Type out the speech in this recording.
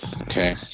Okay